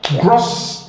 gross